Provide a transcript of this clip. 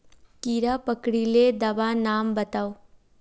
कीड़ा पकरिले दाबा नाम बाताउ?